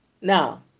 Now